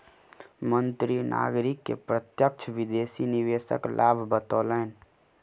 मंत्री नागरिक के प्रत्यक्ष विदेशी निवेशक लाभ बतौलैन